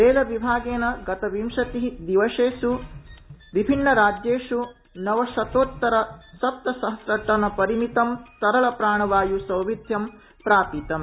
रेलविभागेन गत विंशतिःव दिवसेषु विभिन्न राज्येषु नवशतोतर सप्तसहस टन मितं तरल प्राणवायु सौविध्यम् प्रापितं